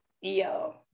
yo